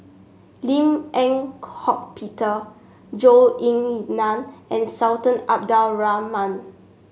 Lim Eng Hock Peter Zhou Ying Nan and Sultan Abdul Rahman